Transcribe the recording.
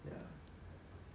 ya